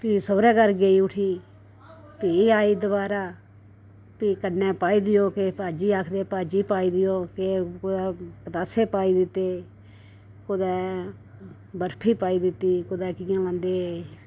भी सोह्रे घर गेई उठी भी आई दोबारा भी कन्नै पाई देओ केह् भाज्जी आखदे कन्नै भाज्जी पाई देओ कुदै पतासे पाई दित्ते कुदै बरफी पाई दित्ती कुदै कि'यां बनदे